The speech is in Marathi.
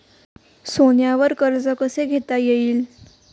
सोन्यावर कर्ज कसे घेता येईल?